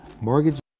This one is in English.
mortgage